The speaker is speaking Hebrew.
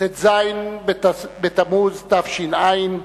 ט"ז בתמוז תש"ע,